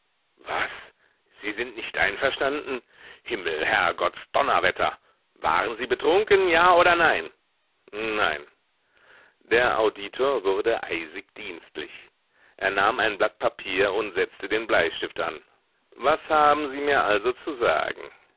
was sie sind nicht einverstanden himmelherrgottsdonnerwetter waren sie betrunken ja oder nein nein der auditor wurde eisig dienstlich er nahm ein blatt papier und setzte den bleistift an was haben sie mir also zu sagen